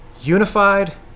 Unified